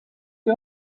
the